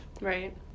Right